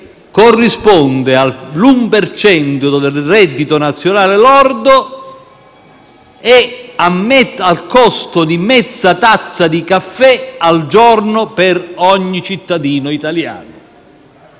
corrisponde all'1 per cento del reddito nazionale lordo e al costo di mezza tazza di caffè al giorno per ogni cittadino italiano.